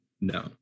no